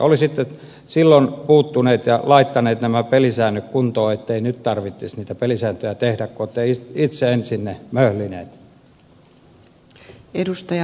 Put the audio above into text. olisitte silloin puuttuneet ja laittaneet nämä pelisäännöt kuntoon ettei nyt tarvitsisi niitä pelisääntöjä tehdä kun olette itse ensin ne möhlineet